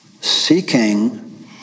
seeking